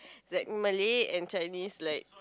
its like Malay and Chinese like